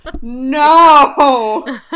no